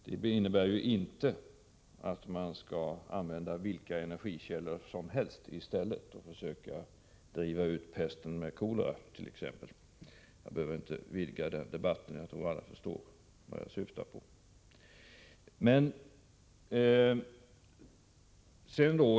Det innebär inte att man skall använda vilka energikällor som helst i stället och t.ex. försöka driva ut pesten med kolera Jag behöver inte vidga den debatten. Jag tror alla förstår vad jag syftar på.